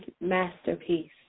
masterpiece